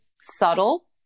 subtle